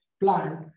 plant